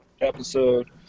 episode